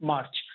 March